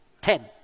Ten